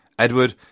Edward